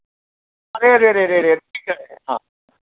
अरे अरे अरे अरे ठीक है हाँ